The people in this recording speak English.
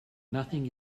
nothing